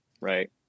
right